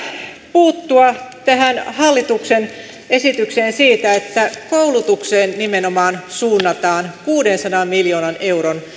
puuttua tähän hallituksen esitykseen siitä että koulutukseen nimenomaan suunnataan kuudensadan miljoonan euron